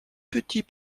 petit